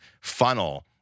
funnel